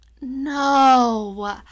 No